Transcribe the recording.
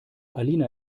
alina